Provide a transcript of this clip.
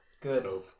good